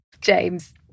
James